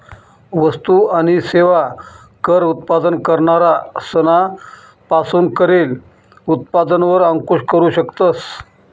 वस्तु आणि सेवा कर उत्पादन करणारा सना पासून करेल उत्पादन वर अंकूश करू शकतस